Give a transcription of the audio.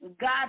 God